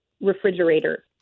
Refrigerator